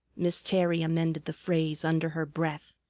miss terry amended the phrase under her breath.